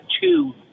two